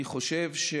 אני חושב,